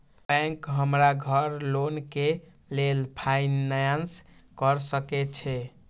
Bank हमरा घर loan के लेल फाईनांस कर सके छे?